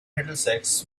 middlesex